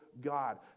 god